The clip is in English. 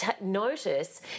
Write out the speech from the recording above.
notice